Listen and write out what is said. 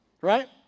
Right